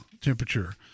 temperature